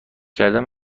کردن